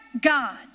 God